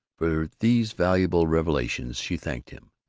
for these valuable revelations she thanked him,